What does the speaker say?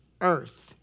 earth